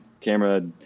camera